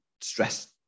stress